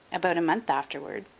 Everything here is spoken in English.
about a month afterward,